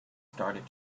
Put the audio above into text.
started